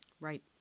Right